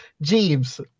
Jeeves